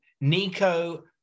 Nico